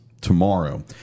tomorrow